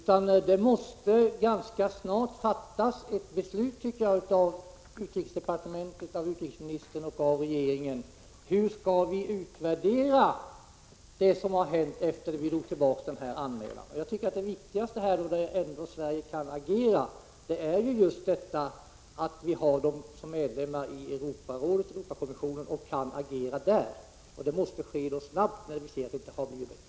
Ganska snart måste det fattas ett beslut av utrikesdepartementet, utrikesministern och regeringen: Hur skall vi utvärdera det som har hänt sedan vi drog tillbaka anmälan? De viktigaste fora där Sverige kan agera är just Europarådet och Europakommissionen, och där bör vi agera snabbt, eftersom Turkiet inte har bättrat sig.